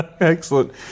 Excellent